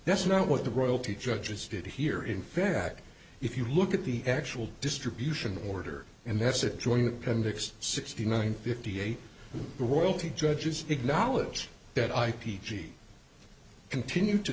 that's not what the royalty judges did here in fact if you look at the actual distribution order and that's a joint appendix sixty nine fifty eight the royalty judges acknowledge that i p g continue to